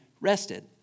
rested